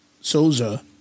Souza